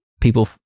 people